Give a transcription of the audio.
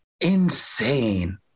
Insane